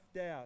out